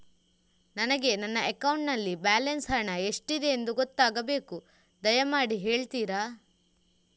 ನನಗೆ ನನ್ನ ಅಕೌಂಟಲ್ಲಿ ಬ್ಯಾಲೆನ್ಸ್ ಹಣ ಎಷ್ಟಿದೆ ಎಂದು ಗೊತ್ತಾಗಬೇಕು, ದಯಮಾಡಿ ಹೇಳ್ತಿರಾ?